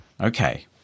okay